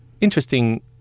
interesting